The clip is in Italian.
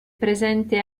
presente